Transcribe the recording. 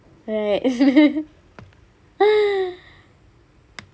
right